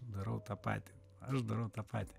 darau tą patį aš darau tą patį